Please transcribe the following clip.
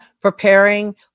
preparing